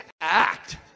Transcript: Act